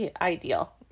ideal